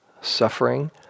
Suffering